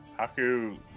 Haku